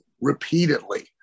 repeatedly